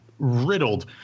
Riddled